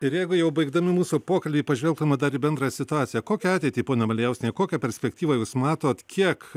ir jeigu jau baigdami mūsų pokalbį pažvelgtume dar į bendrą situaciją kokią ateitį ponia malijauskiene kokią perspektyvą jūs matot kiek